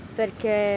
perché